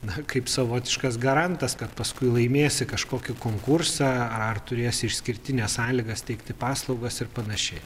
na kaip savotiškas garantas kad paskui laimėsi kažkokį konkursą ar turės išskirtines sąlygas teikti paslaugas ir panašiai